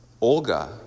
Olga